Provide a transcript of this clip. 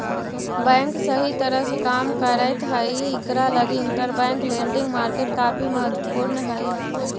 bank सही तरह से काम करैत हई इकरा लगी इंटरबैंक लेंडिंग मार्केट काफी महत्वपूर्ण हई